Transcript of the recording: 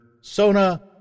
Sona